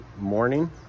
morning